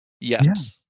Yes